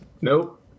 Nope